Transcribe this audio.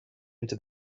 into